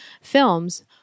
films